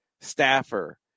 staffer